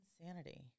insanity